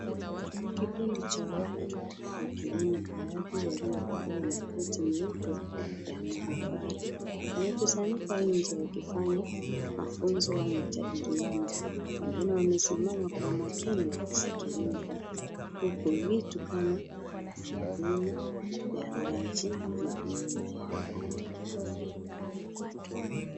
Kikundi cha watu wakwemo baadhi waliovalia makoti nyeupe ya mahabara. Wamekusanyika nje wakifanya mafunzo au matajiriano. Wengine wamesema kwa makini wakisikiliza, huku vitu kama maduma ya maji viko nyuma yao.